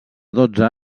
dotze